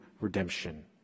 redemption